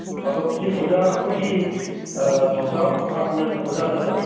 hello ꯑꯁꯤ ꯑꯣꯖꯥ ꯑꯩꯈꯣꯏꯒꯤ ꯊꯧꯗꯥꯝ ꯑ ꯑꯥꯅꯟ ꯑꯣꯖꯥ ꯅꯠꯇ꯭ꯔ